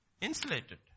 insulated